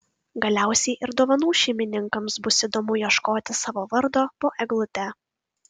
galiausiai ir dovanų šeimininkams bus įdomu ieškoti savo vardo po eglute